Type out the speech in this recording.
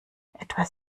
etwas